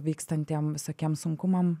vykstantiem visokiem sunkumam